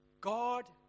God